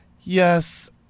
Yes